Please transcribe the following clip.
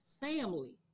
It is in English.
family